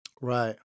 Right